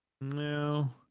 No